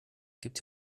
gibt